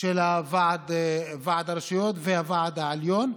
של ועד הרשויות והוועד העליון,